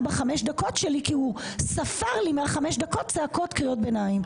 בדקה בחמש הדקות שלי כי הוא ספר לי מחמש הדקות צעקות וקריאות ביניים.